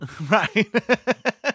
Right